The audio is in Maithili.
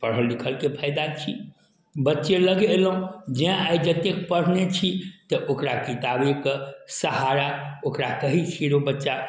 पढ़ल लिखल कॆ फायदा छी बच्चे लग एलहुॅं जैं आइ जते पढ़ने छी तऽ ओकरा किताबेके सहारा ओकरा कहै छियै रौ बच्चा